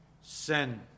Sin